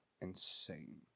insane